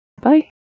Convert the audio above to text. Bye